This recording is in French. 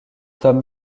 tom